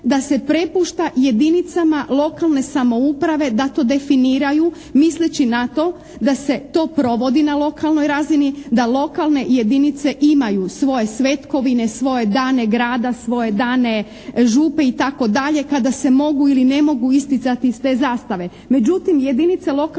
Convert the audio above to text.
da se prepušta jedinicama lokalne samouprave da to definiraju misleći na to da se to provodi na lokalnoj razini, da lokalne jedinice imaju svoje svetkovine, svoje dane grada, svoje dane župe itd., kada se mogu ili ne mogu isticati iste zastave.